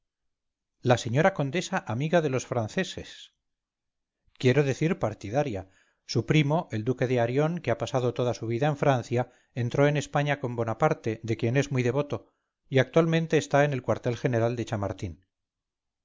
la señora condesa amiga de los franceses quiero decir partidaria su primo el duque de arión que ha pasado toda su vida en francia entró en españa con bonaparte de quien es muy devoto y actualmente está en el cuartel general de chamartín